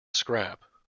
scrap